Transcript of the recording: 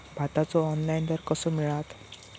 भाताचो ऑनलाइन दर कसो मिळात?